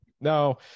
No